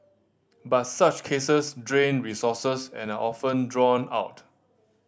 but such cases drain resources and are often drawn out